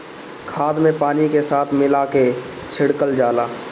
खाद के पानी के साथ मिला के छिड़कल जाला